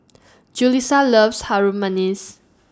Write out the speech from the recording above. Julisa loves Harum Manis